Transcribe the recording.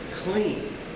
clean